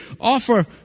offer